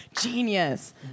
Genius